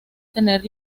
tener